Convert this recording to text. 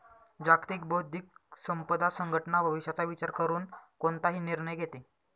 जागतिक बौद्धिक संपदा संघटना भविष्याचा विचार करून कोणताही निर्णय घेते